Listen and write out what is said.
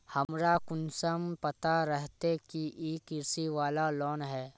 हमरा कुंसम पता रहते की इ कृषि वाला लोन है?